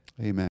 Amen